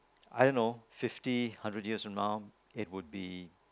I don't know fifty hundred years from now it would be